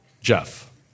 Jeff